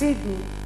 סידני,